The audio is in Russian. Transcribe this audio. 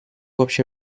общий